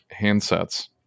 handsets